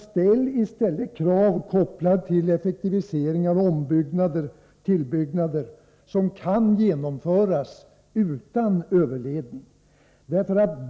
Ställ i stället krav kopplade till effektiviseringar och tillbyggnader som kan genomföras utan en överledning.